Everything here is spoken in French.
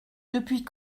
depuis